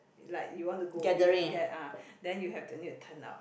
like you want to go in get ah then you have to need to turn out